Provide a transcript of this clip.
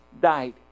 died